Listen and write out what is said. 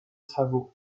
travaux